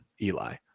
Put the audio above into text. Eli